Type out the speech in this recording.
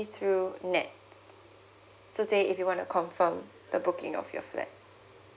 throught N_E_T_S so say if you want to confirm the booking of your flat